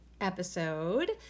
episode